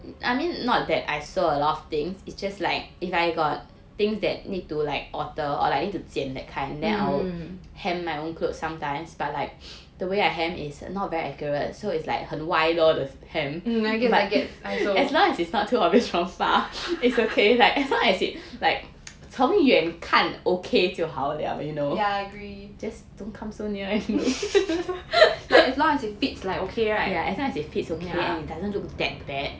mm mm mm I gets I gets I also ya I agree like as long as it fits like okay right